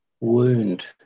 wound